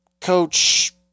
coach